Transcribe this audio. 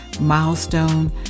milestone